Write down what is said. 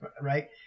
right